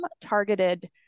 targeted